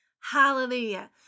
Hallelujah